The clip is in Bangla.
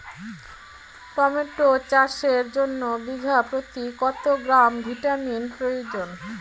টমেটো চাষের জন্য বিঘা প্রতি কত গ্রাম ভিটামিন প্রয়োজন?